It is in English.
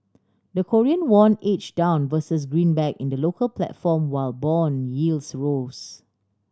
the Korean won edge down versus greenback in the local platform while bond yields rose